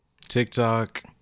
TikTok